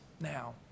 now